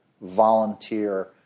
volunteer